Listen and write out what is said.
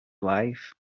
wife